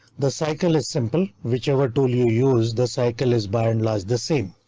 the cycle is simple, whichever tool you use, the cycle is by and large the same.